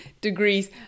degrees